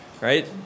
right